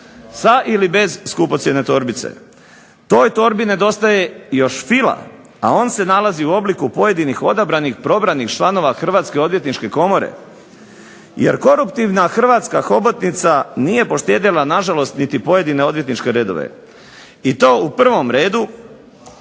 sa ili bez skupocjene torbice. Toj torbi nedostaje još fila, a on se nalazi u obliku pojedinih odabranih probranih članova Hrvatske odvjetničke komore. Jer koruptivna hrvatska hobotnica nije poštedjela na žalost niti pojedine odvjetničke redove i to u prvom redu